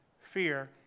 fear